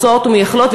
רוצות ומייחלות,